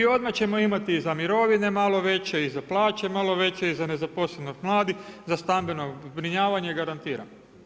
I odmah ćemo imati i za mirovine malo veće i za plaće malo veće i za nezaposlenost mladih, za stambeno zbrinjavanje garantiram.